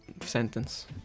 sentence